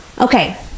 Okay